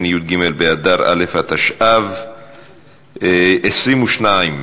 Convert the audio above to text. בעד, אין מתנגדים ואין נמנעים.